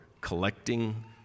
collecting